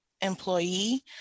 employee